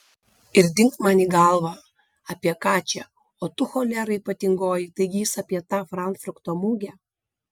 ir dingt man į galvą apie ką čia o tu cholera ypatingoji taigi jis apie tą frankfurto mugę